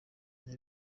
ibi